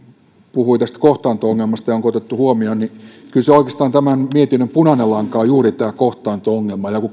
puhui kohtaanto ongelmasta onko se otettu huomioon kyllä oikeastaan tämän mietinnön punainen lanka on juuri tämä kohtaanto ongelma ja kun